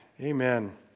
Amen